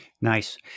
Nice